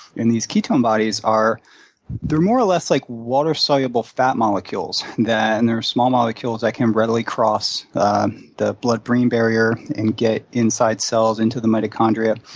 and these ketone bodies are they're more or less like water-soluble fat molecules, and they're small molecules that can readily cross the blood-brain barrier and get inside cells, into the mitochondria.